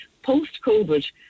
Post-COVID